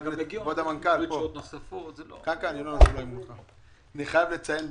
אני חייב לציין,